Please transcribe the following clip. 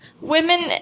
Women